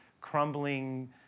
crumbling